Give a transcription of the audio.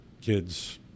kids